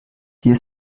dir